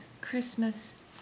Christmas